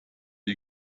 die